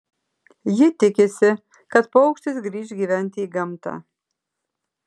ji tikisi kad paukštis grįš gyventi į gamtą